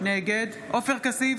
נגד עופר כסיף,